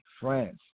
France